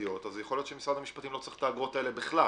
משרדיות אז יכול להיות שמשרד המשפטים לא צריך את האגרות האלה בכלל.